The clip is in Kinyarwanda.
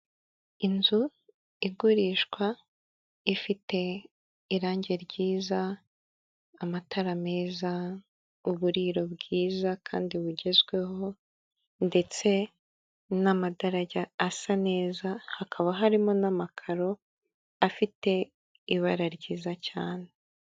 Inzu igurishwa ifite irangi ryiza, amatara meza, uburiro bwiza kandi bugezweho ndetse n'amatara asa neza, hakaba harimo n'amakaro afite ibara ryiza cyane.